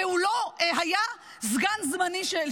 והוא לא היה בתפקיד סגן זמני.